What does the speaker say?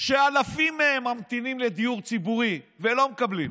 אלפים מהם ממתינים לדיור ציבורי ולא מקבלים,